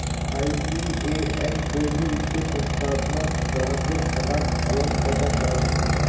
IBAN कोई भी वित्तिय संस्थानोत ग्राह्केर खाताक अलग पहचान कराहा